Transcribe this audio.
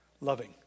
loving